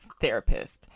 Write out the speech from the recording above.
therapist